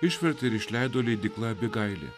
išvertė ir išleido leidykla abigailė